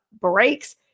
breaks